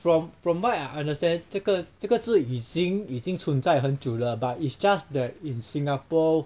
from from what I understand 这个这个字已经已经存在很久了 but it's just that in Singapore